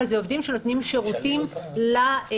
אבל אלה עובדים שנותנים שירותים למוסדות.